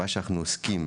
מה שאנחנו עוסקים,